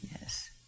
Yes